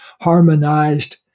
harmonized